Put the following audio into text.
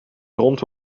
grond